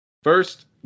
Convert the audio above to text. First